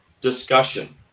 discussion